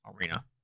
Arena